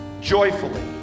joyfully